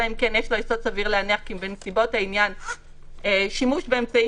אלא אם כן יש לו יסוד סביר להניח כי בנסיבות העניין שימוש באמצעי